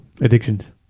Addictions